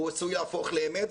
הוא עשוי להפוך לאמת,